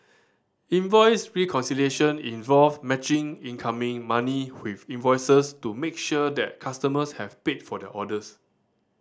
invoice reconciliation involve matching incoming money with invoices to make sure that customers have paid for their orders